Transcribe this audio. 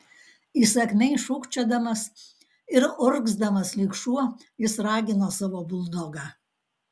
įsakmiai šūkčiodamas ir urgzdamas lyg šuo jis ragino savo buldogą